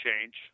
change